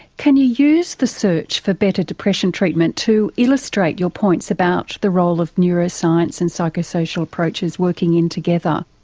can you use the search for better depression treatment to illustrate your points about the role of neuroscience and psychosocial approaches working in together?